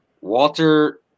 Walter